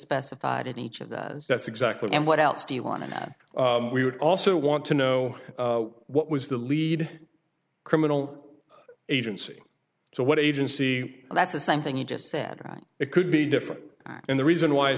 specified in each of those that's exactly and what else do you want in that we would also want to know what was the lead criminal agency so what agency that's the same thing you just said it could be different and the reason why i